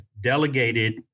delegated